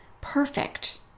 perfect